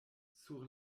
sur